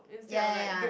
ya ya ya